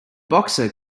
boxer